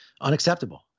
unacceptable